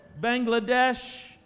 Bangladesh